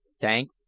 Thank